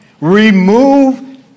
remove